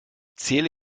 zähle